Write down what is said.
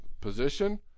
position